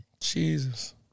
Jesus